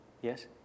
Yes